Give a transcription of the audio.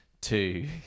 two